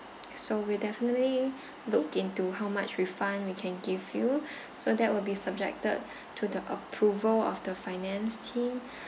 so we'll definitely look into how much refund we can give you so that will be subjected to the approval of the finance team